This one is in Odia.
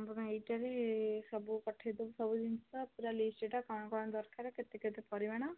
ଏଇଟାରେ ସବୁ ପଠାଇଦେବୁ ସବୁ ଜିନିଷ ପୁରା ଲିଷ୍ଟଟା କ'ଣ କ'ଣ ଦରକାର କେତେ କେତେ ପରିମାଣ